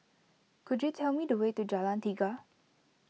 could you tell me the way to Jalan Tiga